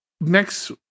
next